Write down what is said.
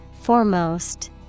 Foremost